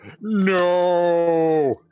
no